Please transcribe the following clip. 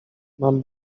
mam